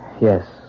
Yes